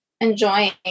enjoying